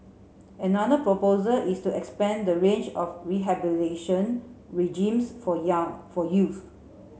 another proposal is to expand the range of regimes for young for youths